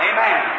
Amen